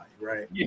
right